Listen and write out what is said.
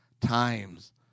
times